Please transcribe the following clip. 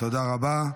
תודה רבה.